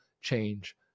change